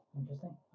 Interesting